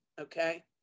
okay